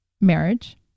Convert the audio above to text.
marriage